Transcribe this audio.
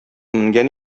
менгән